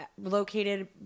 located